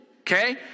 Okay